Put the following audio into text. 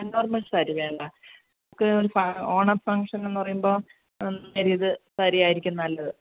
normal sari വേണ്ട ക്കേ ഒരു പാ ഓണ ഫംഗ്ഷൻ എന്ന് പറയുമ്പോൾ നേരിയത് സാരിയായിരിക്കും നല്ലത്